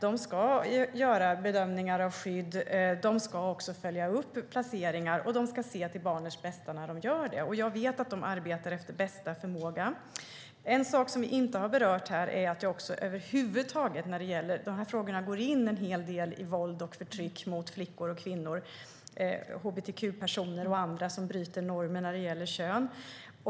De ska göra bedömningar av skydd. De ska följa upp placeringar. Och de ska se till barnets bästa när de gör det. Jag vet att de arbetar efter bästa förmåga. Det är en sak som vi inte har berört här. De här frågorna går in en hel del i frågan om våld och förtryck mot flickor, kvinnor och hbtq-personer och andra som bryter normer när det gäller kön.